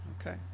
Okay